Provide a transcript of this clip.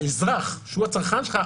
האזרח שהוא הצרכן שלך,